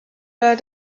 war